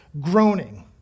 groaning